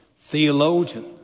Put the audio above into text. theologian